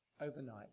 overnight